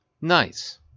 nice